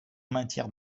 matière